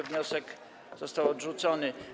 Wniosek został odrzucony.